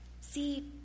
See